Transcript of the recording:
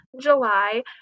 July